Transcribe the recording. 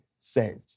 saved